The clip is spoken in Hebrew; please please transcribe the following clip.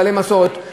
בעלי מסורת,